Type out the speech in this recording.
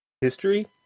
history